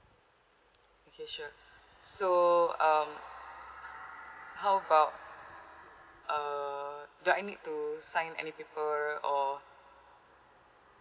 okay sure so um how about uh do I need to sign any paper or